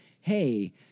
hey